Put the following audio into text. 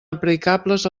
aplicables